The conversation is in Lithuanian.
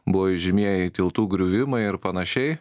buvo įžymieji tiltų griuvimai ir panašiai